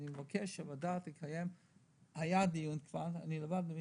אני מבקש שהוועדה תקיים עוד דיון בנושא.